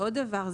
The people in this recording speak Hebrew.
עוד דבר,